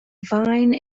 vine